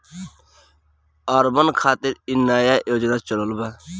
urban खातिर इ नया योजना चलल बा